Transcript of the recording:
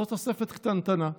זאת תוספת קטנטנה.